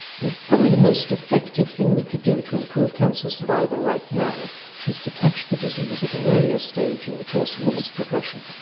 probably the most effective thing we could do to improve cancer survival right now is to catch the disease at an earlier stage in the course of its progression.